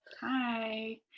Hi